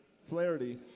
Flaherty